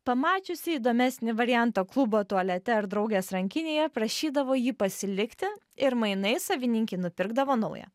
pamačiusi įdomesnį variantą klubo tualete ar draugės rankinėje prašydavo jį pasilikti ir mainais savininkei nupirkdavo naują